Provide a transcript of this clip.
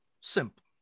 simple